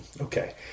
Okay